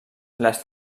les